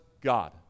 God